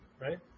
right